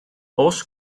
oes